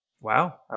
Wow